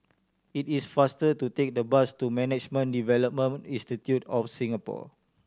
it is faster to take the bus to Management Development Institute of Singapore